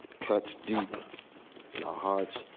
cuts deep in our hearts,